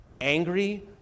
angry